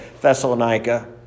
Thessalonica